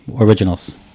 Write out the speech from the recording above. originals